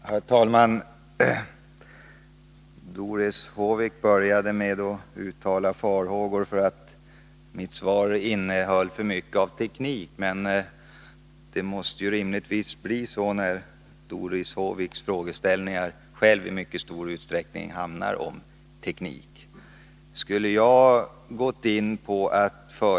Herr talman! Doris Håvik började med att uttala farhågor för att mitt svar var alltför tekniskt. Men det måste rimligtvis bli så när Doris Håviks frågor i mycket stor utsträckning handlar om teknik.